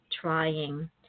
trying